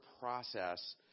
process